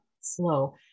slow